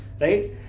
right